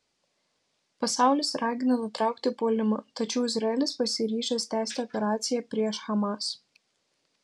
pasaulis ragina nutraukti puolimą tačiau izraelis pasiryžęs tęsti operaciją prieš hamas